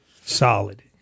Solid